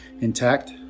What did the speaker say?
intact